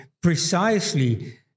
precisely